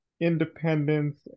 independence